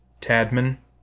Tadman